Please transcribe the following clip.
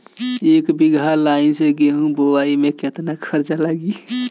एक बीगहा लाईन से गेहूं बोआई में केतना खर्चा लागी?